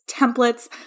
templates